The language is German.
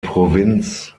provinz